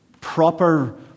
proper